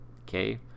Okay